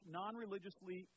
non-religiously